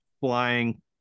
flying